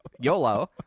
YOLO